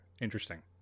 Interesting